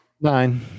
Nine